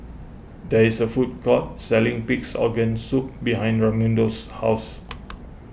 there is a food court selling Pigs Organ Soup behind Raymundo's house